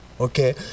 Okay